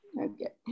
Okay